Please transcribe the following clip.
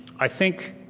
i think